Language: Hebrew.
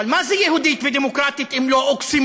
אבל מה זה יהודית ודמוקרטית אם לא אוקסימורון,